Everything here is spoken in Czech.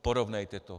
Porovnejte to.